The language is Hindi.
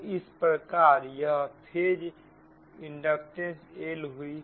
तो इस प्रकार यह फेज इंडक्टेंस L हुई